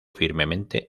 firmemente